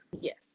yes